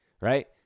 right